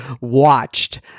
watched